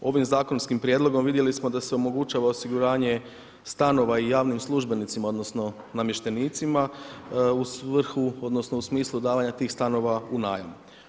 Ovim zakonskim prijedlogom vidjeli smo da se omogućava osiguranje stanova i javnim službenicima odnosno namještenicima u svrhu, odnosno u smislu davanja tih stanova u najam.